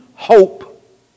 Hope